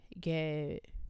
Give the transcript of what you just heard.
Get